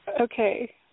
Okay